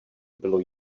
bylo